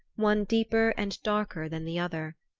one deeper and darker than the other.